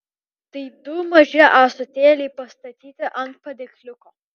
tai du maži ąsotėliai pastatyti ant padėkliuko